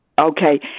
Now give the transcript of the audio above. Okay